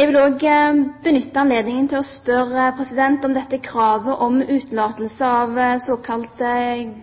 Jeg vil også benytte anledningen til å spørre om dette kravet om utelatelse av såkalt